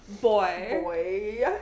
Boy